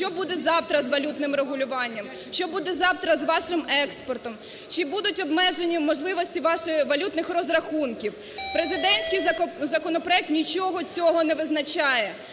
що буде завтра з валютним регулюванням, що буде завтра з ваших експортом? Чи будуть обмежені можливості ваших валютних розрахунків? Президентський законопроект нічого цього не визначає,